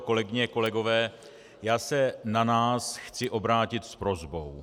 Kolegyně, kolegové, já se na nás chci obrátit s prosbou.